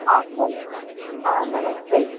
आपको हाँ नमस्ते